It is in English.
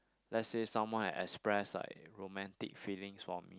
let's say someone express like romantic feelings for me